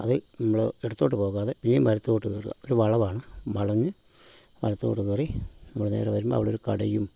അത് നമ്മള് ഇടത്തോട്ട് പോകാതെ വലത്തോട്ട് കയറുക ഒരു വളവാണ് വളഞ്ഞ് വലത്തോട്ട് കയറി നമ്മള് നേരെ വരുമ്പോൾ അവിടെ ഒരു കടയും